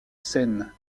scène